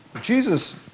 Jesus